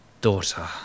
daughter